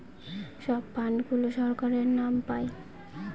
সব ফান্ড গুলো সরকারের নাম পাই